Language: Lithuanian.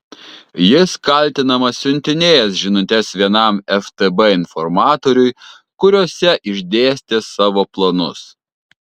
jis kaltinamas siuntinėjęs žinutes vienam ftb informatoriui kuriose išdėstė savo planus